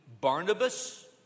Barnabas